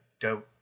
go